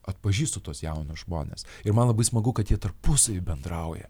atpažįstu tuos jaunus žmones ir man labai smagu kad jie tarpusavyje bendrauja